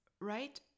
right